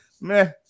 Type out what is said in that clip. meh